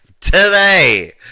today